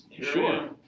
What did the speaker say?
Sure